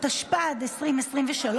התשפ"ד 2023,